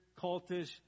cultish